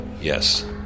Yes